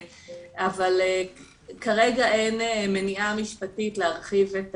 אבל כרגע אין מניעה משפטית להרחיב את